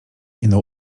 jeno